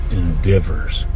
endeavors